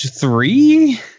three